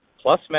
plus